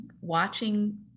watching